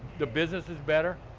the business is better.